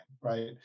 right